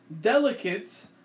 delicate